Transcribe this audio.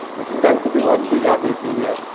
this is going to be one big update video